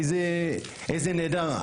איזה נעדר.